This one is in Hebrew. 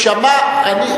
הוא דומה לערבי.